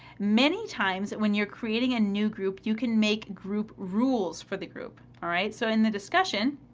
many times, when you're creating a new group, you can make group rules for the group, alright? so, in the discussion,